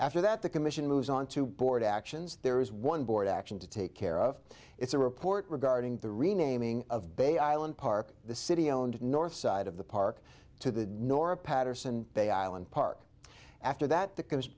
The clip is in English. after that the commission moves on to board actions there is one board action to take care of it's a report regarding the renaming of bay island park the city owned north side of the park to the nora patterson bay island park after that th